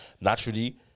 naturally